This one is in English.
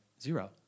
Zero